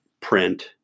print